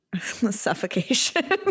Suffocation